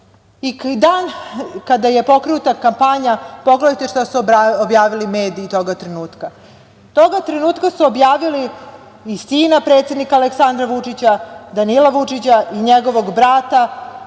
dan kada je pokrenuta kampanja, pogledajte šta su objavili mediji toga trenutka. Toga trenutka su objavili i sina predsednika Aleksandra Vučića, Danila Vučića, i njegovog brata